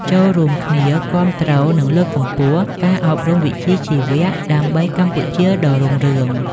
ចូររួមគ្នាគាំទ្រ និងលើកកម្ពស់ការអប់រំវិជ្ជាជីវៈដើម្បីកម្ពុជាដ៏រុងរឿង។